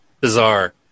bizarre